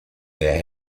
their